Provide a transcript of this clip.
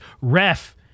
ref